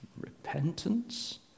repentance